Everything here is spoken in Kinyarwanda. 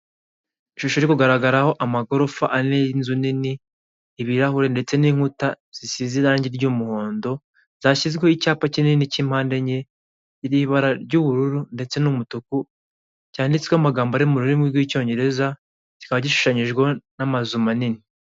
Ishusho iri kugaragaraho amagorofa ane y'inzu nini ibirahuri ndetse n'inkuta zisize irangi ry'umuhondo zashyizweho icyapa kinini cy'impande enye iriho ibara ry'ubururu ndetse n'umutuku cyanditsweho amagambo ari mu rurimi rw'icyongereza kiba gishushanyijweho n'amazu manini.